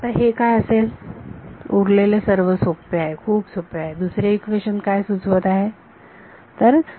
आता हे काय असेल उरलेले सर्व खुप सोपे आहे दुसरे इक्वेशन काय सुचवत असेल